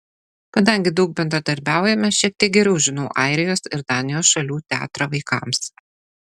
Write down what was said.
kadangi daug bendradarbiaujame šiek tiek geriau žinau airijos ir danijos šalių teatrą vaikams